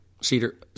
Cedar